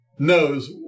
Knows